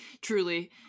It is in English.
truly